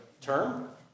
term